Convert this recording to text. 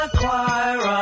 choir